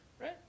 right